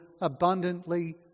abundantly